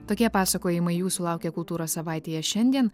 tokie pasakojimai jūsų laukia kultūros savaitėje šiandien